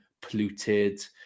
polluted